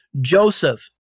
Joseph